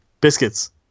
Biscuits